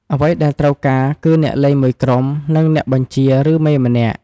អ្វីដែលត្រូវការគឺអ្នកលេងមួយក្រុម និងអ្នកបញ្ជា ឬ មេម្នាក់។